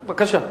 בבקשה.